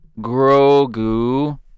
Grogu